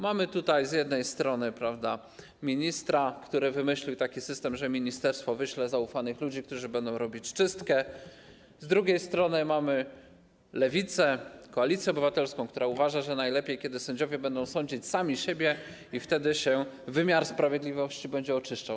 Mamy tutaj z jednej strony ministra, który wymyślił taki system, że ministerstwo wyśle zaufanych ludzi, którzy będą robić czystkę, a z drugiej strony mamy Lewicę czy Koalicję Obywatelską, która uważa, że najlepiej będzie, kiedy sędziowie będą sądzić sami siebie, i wtedy wymiar sprawiedliwości będzie się oczyszczał.